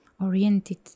oriented